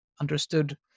understood